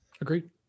agreed